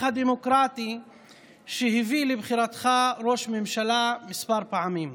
הדמוקרטי שהביא לבחירתך לראש ממשלה כמה פעמים.